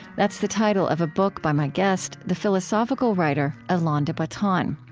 that's the title of a book by my guest, the philosophical writer alain de botton.